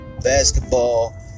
basketball